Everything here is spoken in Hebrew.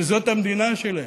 שזאת המדינה שלהם,